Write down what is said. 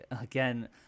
again